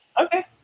Okay